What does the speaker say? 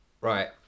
Right